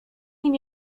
nim